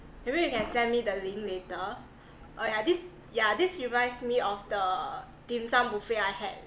maybe you can send me the link later oh yeah this yeah this reminds me of the dim sum buffet I had